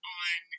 on